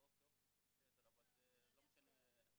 אוקיי, בסדר, אבל זה לא משנה.